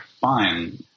fine